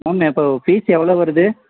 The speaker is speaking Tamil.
மேம் அப்போது ஃபீஸ் எவ்வளோ வருது